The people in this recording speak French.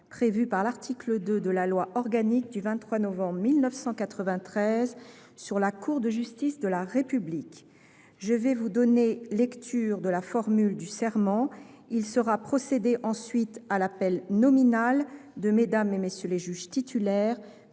prévu par l’article 2 de la loi organique du 23 novembre 1993 sur la Cour de justice de la République. Je vais donner lecture de la formule du serment. Il sera procédé ensuite à l’appel nominal de Mmes et MM. les juges titulaires,